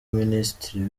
minisitiri